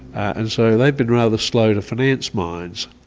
and so they've been rather slow to finance mines.